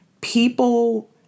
People